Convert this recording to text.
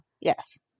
yes